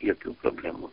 jokių problemų